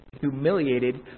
humiliated